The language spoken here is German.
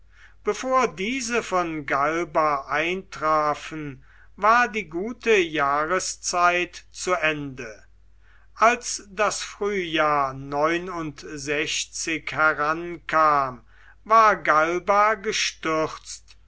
bevor diese von galba eintrafen war die gute jahreszeit zu ende als das frühjahr herankam war galba gestürzt